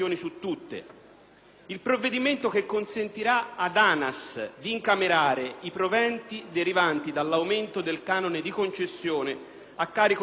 il provvedimento consentiraad ANAS di incamerare i proventi derivanti dall’aumento del canone di concessione a carico dei concessionari,